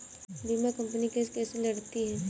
बीमा company case कैसे लड़ती है?